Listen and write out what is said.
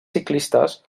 ciclistes